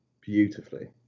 beautifully